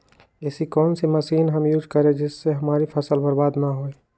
ऐसी कौन सी मशीन हम यूज करें जिससे हमारी फसल बर्बाद ना हो?